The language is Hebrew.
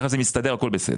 כך זה מסתדר והכול בסדר.